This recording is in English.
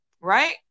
right